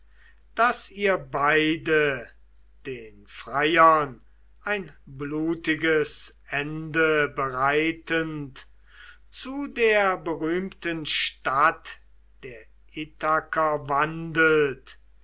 daß ihr beide den freiern ein blutiges ende bereitend zu der berühmten stadt der ithaker wandelt